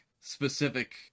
specific